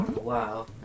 wow